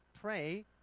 pray